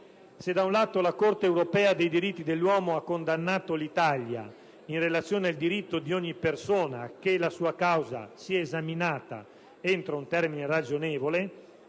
Se da un lato la Corte europea dei diritti dell'uomo ha condannato l'Italia in relazione al diritto di ogni persona a che la sua causa sia esaminata entro un termine ragionevole,